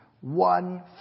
one